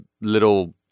little